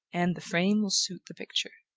and the frame will suit the picture.